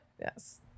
Yes